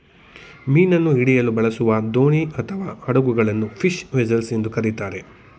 ಮೀನನ್ನು ಹಿಡಿಯಲು ಬಳಸುವ ದೋಣಿ ಅಥವಾ ಹಡಗುಗಳನ್ನು ಫಿಶ್ ವೆಸೆಲ್ಸ್ ಎಂದು ಕರಿತಾರೆ